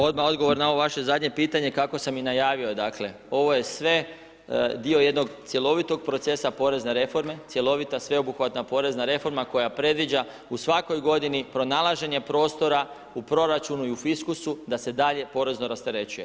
Odmah odgovor na ovo vaše zadnje pitanje kako sam i najavio, dakle, ovo je sve dio jednog cjelovitog procesa porezne reforme, cjelovita sveobuhvatna porezna reforma koja predviđa u svakoj godini pronalaženje prostora u proračunu i u fiskusu da se dalje porezno rasterećuje.